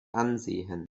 ansehen